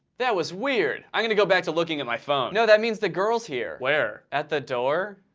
that was weird! i'm gonna go back to looking at my phone. no, that means the girls here. where? at the door.